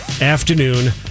afternoon